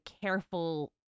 careful